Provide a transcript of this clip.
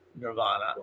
nirvana